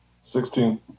Sixteen